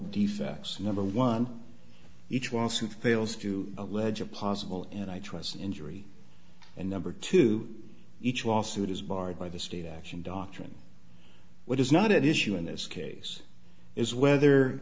defects number one each was who fails to allege a possible and i trust injury and number two each lawsuit is barred by the state action doctrine which is not at issue in this case is whether